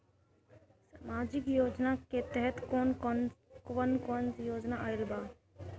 सामाजिक योजना के तहत कवन कवन योजना आइल बा?